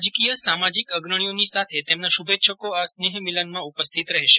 રાજકીય સામાજિક અગ્રણીઓની સાથે તેમના શુભેચ્છકો આ સ્નેહમિલનમાં ઉપસ્થિત રહેશે